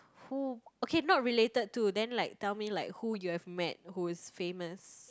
who okay not related to then like tell me like who you have met who is famous